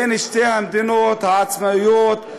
בין שתי המדינות העצמאיות,